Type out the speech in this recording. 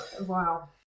Wow